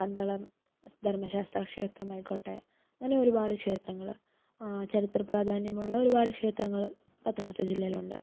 പന്തളം ധര്മ്മശാസ്താ ക്ഷേത്രമായിക്കോട്ടേ അങ്ങനെയൊരുപാട് ക്ഷേത്രങ്ങൾ ചരിത്രപ്രാധാന്യമുള്ള ഒരുപാട് ക്ഷേത്രങ്ങൾ പത്തനംതിട്ട ജില്ലയിലുണ്ട്